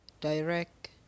Direct